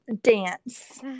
Dance